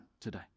today